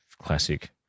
classic